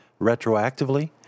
retroactively